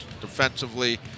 defensively